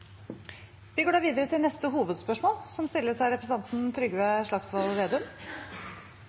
Vi går videre til neste hovedspørsmål.